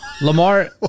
Lamar